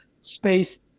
space